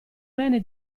rene